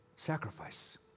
Sacrifice